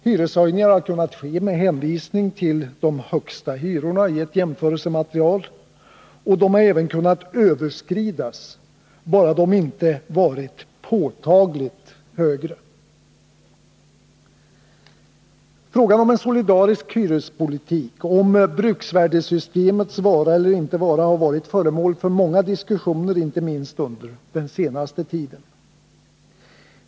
Hyreshöjningarna har kunnat ske med hänvisning till de högsta hyrorna i ett jämförelsematerial, och dessa har även kunnat överskridas, bara hyran inte blivit ”påtagligt” högre. Frågan om en solidarisk hyrespolitik, om bruksvärdesystemets vara eller inte vara, har varit föremål för många diskussioner, inte minst under den senaste tiden.